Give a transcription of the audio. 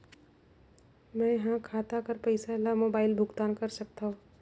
मैं ह खाता कर पईसा ला मोबाइल भुगतान कर सकथव?